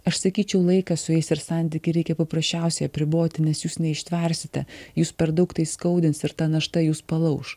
aš sakyčiau laikas su jais ir santykį reikia paprasčiausiai apriboti nes jūs neištversite jus per daug tai skaudins ir ta našta jus palauš